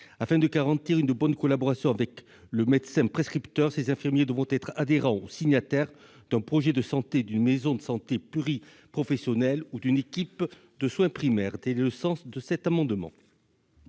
Afin de garantir une bonne collaboration avec le médecin prescripteur, ces infirmiers devront être adhérents ou signataires du projet de santé d'une maison de santé pluriprofessionnelle ou d'une équipe de soins primaire. La parole est à M.